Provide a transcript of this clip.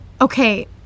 Okay